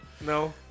No